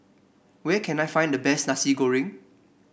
where can I find the best Nasi Goreng